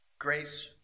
grace